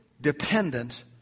dependent